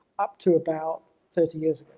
up to about thirty years